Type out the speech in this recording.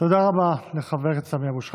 תודה רבה לחבר הכנסת סמי אבו שחאדה.